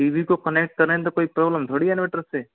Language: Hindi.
टी वी को कनेक्ट करें तो कोई प्रॉब्लम थोड़ी है इन्वर्टर से